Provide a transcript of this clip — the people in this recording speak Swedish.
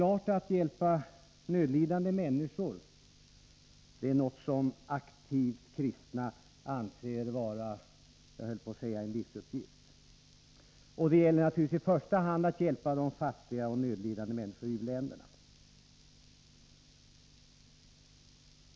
Att hjälpa nödlidande människor är något som aktivt kristna anser vara en utomordentligt viktig uppgift — en livsuppgift, höll jag på att säga. Det gäller naturligtvis i första hand att hjälpa de fattiga och nödlidande människorna i u-länderna.